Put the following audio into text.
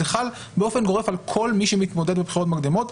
זה חל באופן גורף על כל מי שמתמודד בבחירות מקדימות.